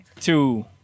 two